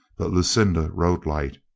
but lucinda rode light.